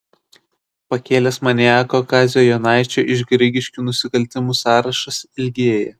pakelės maniako kazio jonaičio iš grigiškių nusikaltimų sąrašas ilgėja